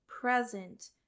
present